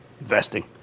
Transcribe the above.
Investing